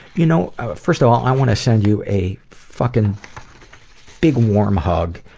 you know first of all i want to send you a fucking big warm hug.